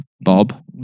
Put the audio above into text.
Bob